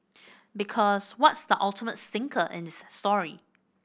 because what's the ultimate stinker in its story